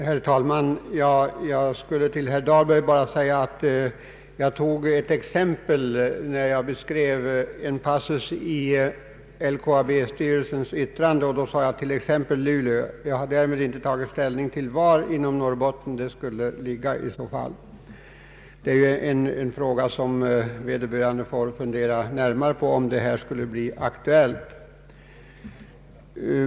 Herr talman! Till herr Dahlberg vill jag säga att jag bara kommenterade en passus i yttrandet från LKAB:s styrelse då jag sade ”till exempel Luleå”. Jag har därmed inte tagit ställning till var i Norrbotten kontoret skall ligga. Det är en fråga som vederbörande får fundera närmare på om detta skulle bli aktuellt.